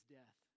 death